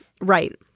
Right